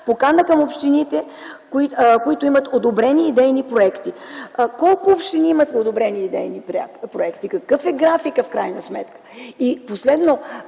Покана към общините, които имат одобрени идейни проекти.” Колко общини имат одобрени идейни проекти? Какъв е графикът в крайна сметка? Последно,